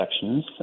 sections